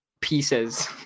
pieces